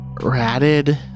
ratted